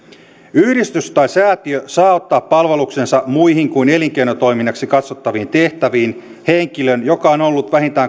yhdistys tai säätiö saa ottaa palvelukseensa muihin kuin elinkeinotoiminnaksi katsottaviin tehtäviin henkilön joka on ollut vähintään